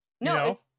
No